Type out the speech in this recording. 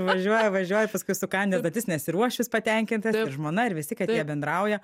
važiuoja važiuoja paskui sukandęs dantis nes ir uošvis patenkintas ir žmona ir visi kad jie bendrauja